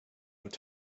were